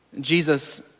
Jesus